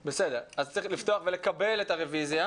אז צריך קודם לפתוח ולקבל את הרוויזיה?